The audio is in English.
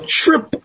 trip